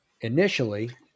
initially